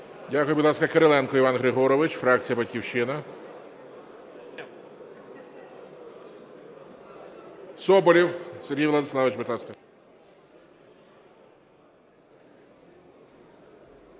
Дякую. Будь ласка, Кириленко Іван Григорович, фракція "Батьківщина". Соболєв Сергій Владиславович, будь ласка.